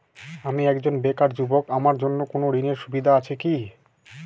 আমি একজন বেকার যুবক আমার জন্য কোন ঋণের সুবিধা আছে কি?